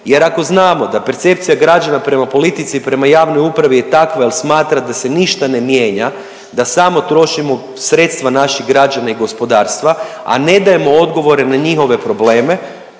Jer ako znamo da percepcija građana prema politici i prema javnoj upravi je takva jel smatra da se ništa ne mijenja, da samo trošimo sredstva naših građana i gospodarstva, a ne dajemo odgovore na njihove probleme,